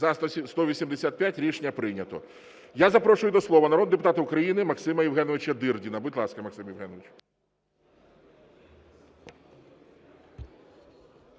За-185 Рішення прийнято. Я запрошую до слова народного депутата України Максима Євгеновича Дирдіна. Будь ласка, Максим Євгенович.